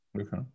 Okay